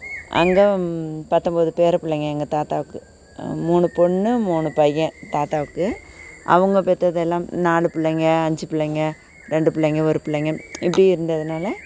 அங்கே பத்தொம்பது பேர பிள்ளைங்க எங்கள் தாத்தாவுக்கு மூணு பொண்ணு மூணு பையன் தாத்தாவுக்கு அவங்க பெற்றது எல்லாம் நாலு பிள்ளைங்க அஞ்சு பிள்ளைங்க ரெண்டு பிள்ளைங்க ஒரு பிள்ளைங்கன்னு இப்படி இருந்ததனால